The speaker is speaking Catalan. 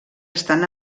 estan